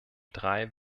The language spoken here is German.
drei